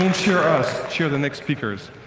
and cheer us. cheer the next speakers.